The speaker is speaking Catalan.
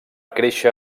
créixer